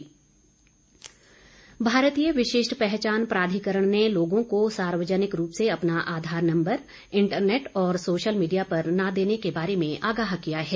आधार भारतीय विशिष्ट पहचान प्राधिकरण ने लोगों को सार्वजनिक रूप से अपना आधार नम्बर इंटरनेट और सोशल मीडिया पर न देने के बारे में आगाह किया है